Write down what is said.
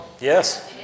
Yes